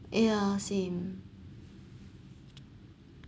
ya same